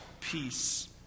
peace